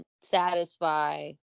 satisfy